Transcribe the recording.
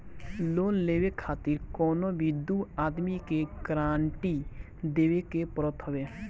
loan लेवे खातिर कवनो भी दू आदमी के गारंटी देवे के पड़त हवे